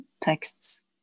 texts